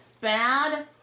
bad